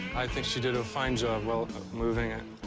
i think she did a fine job while moving it.